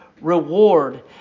reward